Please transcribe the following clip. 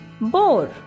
boar